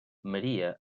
maria